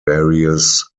various